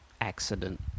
accident